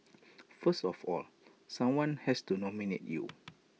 first of all someone has to nominate you